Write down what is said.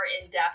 in-depth